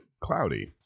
cloudy